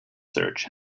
search